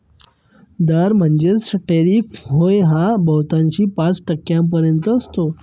दर म्हणजेच टॅरिफ होय हा बहुतांशी पाच टक्क्यांपर्यंत असतो